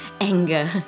anger